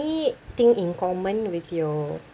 in common with your